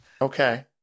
Okay